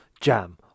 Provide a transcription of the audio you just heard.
jam